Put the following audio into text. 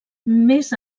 més